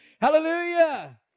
Hallelujah